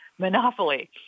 Monopoly